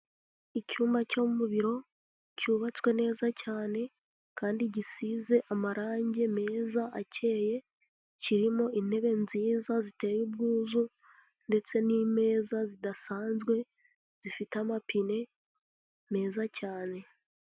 Icyumba cyo mu biro cyubatswe neza cyane kandi gisize amarange meza akeye, kirimo intebe nziza ziteye ubwuzu ndetse n'imeza zidasanzwe zifite amapine meza cyane.